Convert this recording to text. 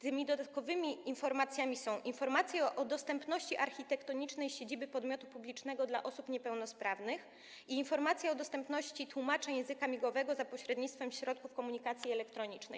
Tymi dodatkowymi informacjami są: informacja o dostępności architektonicznej siedziby podmiotu publicznego dla osób niepełnosprawnych i informacja o dostępności tłumacza języka migowego za pośrednictwem środków komunikacji elektronicznej.